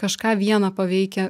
kažką vieną paveikę